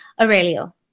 aurelio